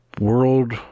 World